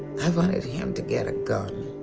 i wanted him to get a gun.